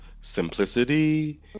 Simplicity